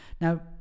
Now